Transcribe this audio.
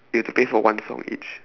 you have to pay for one song each